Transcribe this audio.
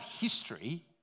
history